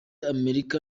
america